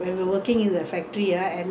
payday only you know come and wait at the gate